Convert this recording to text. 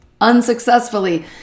unsuccessfully